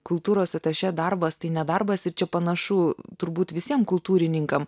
kultūros atašė darbas tai ne darbas ir čia panašu turbūt visiem kultūrininkam